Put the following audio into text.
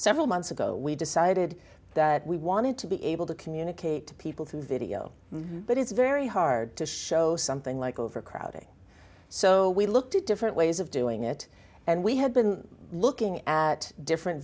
several months ago we decided that we wanted to be able to communicate to people through video but it's very hard to show something like overcrowding so we looked at different ways of doing it and we had been looking at different